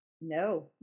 no